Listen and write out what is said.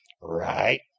right